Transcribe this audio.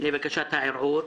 לבקשת הערעור.